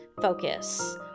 focus